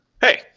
Hey